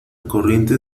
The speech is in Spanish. corriente